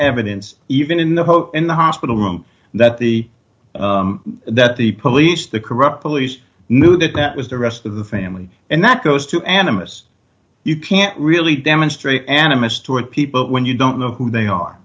evidence even in the hope in the hospital room that the that the police the corrupt police knew that that was the rest of the family and that goes to animists you can't really demonstrate animist toward people when you don't know who they are